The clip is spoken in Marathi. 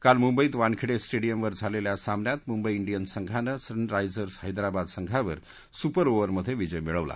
काल मुंबईत वानखेडे स्टेडियमवर झालेल्या सामन्यात मुंबई इंडियन्स संघानं सनरायझर्स हैदराबाद संघावर सुपर ओव्हर्मध्ये विजय मिळवला